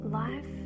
Life